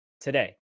today